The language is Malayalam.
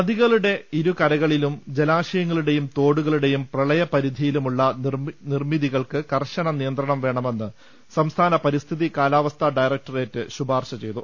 നദികളുടെ ഇരുകരകളിലും ജലാശയങ്ങളുടെയും തോടുക ളുടെയും പ്രളയപരിധിയിലുമുള്ള നിർമ്മിതികൾക്ക് കർശന നിയ ന്ത്രണം വേണമെന്ന് സംസ്ഥാനപരിസ്ഥിതി കാലാവസ്ഥാ ഡയറ ക്ടറേറ്റ് ശുപാർശ ചെയ്തു